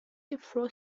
refers